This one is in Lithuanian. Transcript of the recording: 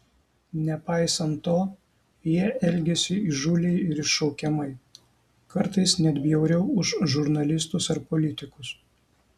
nepaisant to jie elgėsi įžūliai ir iššaukiamai kartais net bjauriau už žurnalistus ar politikus